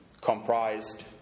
comprised